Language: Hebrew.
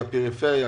הפריפריה,